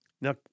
Now